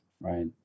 Right